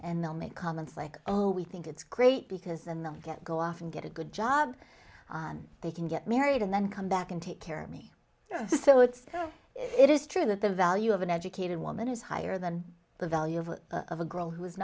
and they'll make comments like oh we think it's great because in the get go off and get a good job they can get married and then come back and take care of me so it's ok it is true that the value of an educated woman is higher than the value of a of a girl who